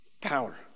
Power